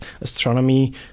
astronomy